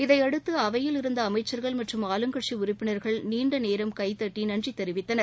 இதையடுத்து அவையில் இருந்த அமைச்ச்கள் மற்றும் ஆளும் கட்சி உறுப்பினர்கள் நீண்ட நேரம் கைத்தட்டி நன்றி தெரிவித்தனர்